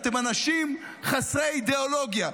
אתם אנשים חסרי אידיאולוגיה".